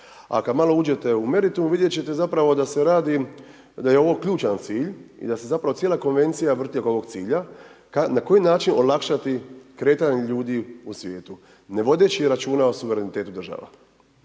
A kada malo uđete u meritum, vidjeti ćete zapravo da se radi, da je ovo ključan cilj i da se zapravo cijela Konvencija vrti oko ovog cilja. Na koji način olakšati kretanje ljudi u svijetu ne vodeći računa o suverenitetu država.